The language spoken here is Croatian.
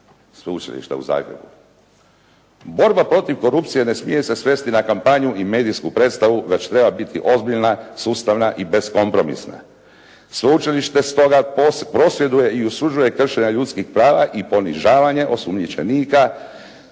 sveučilišta u Zagrebu.